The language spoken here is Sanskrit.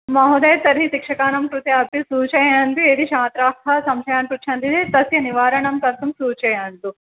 महोदया तर्हि शिक्षकानां कृते अपि सूचयन्तु यदि छात्राः सशयान् पृच्छन्ति चेत् तस्य निवारणं कर्तुं सूचयन्तु